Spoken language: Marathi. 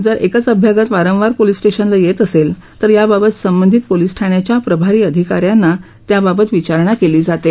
जर एकच अभ्यागत वारवार पोलीस स्टेशनला येत असेल तर याबाबत संबंधित पोलीस ठाण्याच्या प्रभारी अधिकारी यांना त्याबाबत विचारणा केली जाते